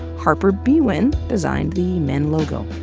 harper biewen designed the men logo.